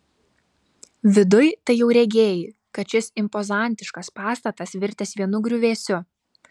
viduj tai jau regėjai kad šis impozantiškas pastatas virtęs vienu griuvėsiu